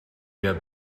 get